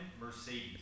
Mercedes